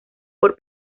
por